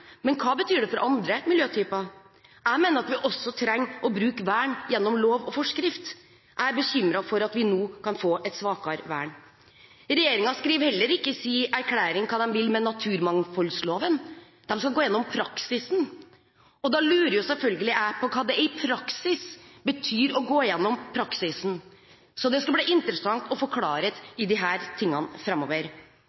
Men hva betyr det for andre miljøtyper? Jeg mener at vi også trenger å bruke vern gjennom lov og forskrift. Jeg er bekymret for at vi nå kan få et svakere vern. Regjeringen skriver heller ikke i sin erklæring hva de vil naturmangfoldsloven. De skal gå igjennom praksisen. Da lurer jeg selvfølgelig på hva det i praksis betyr å gå igjennom praksisen. Det skal bli interessant å